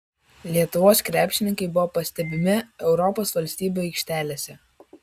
lietuvos krepšininkai buvo pastebimi europos valstybių aikštelėse